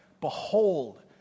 Behold